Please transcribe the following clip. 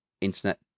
internet